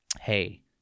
hey